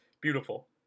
beautiful